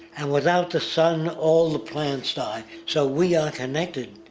and without the sun, all the plants die. so we are connected.